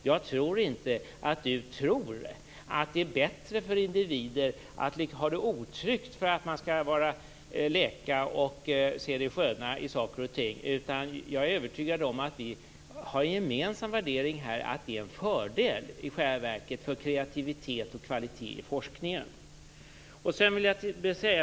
Jag tror inte att hon tycker att det är bättre för individer att ha det otryggt för att de skall kunna leka och se det sköna i saker och ting, utan jag är övertygad om att vi har den gemensamma värderingen att trygghet i själva verket är en fördel för kreativitet och kvalitet i forskningen.